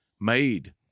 made